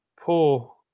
poor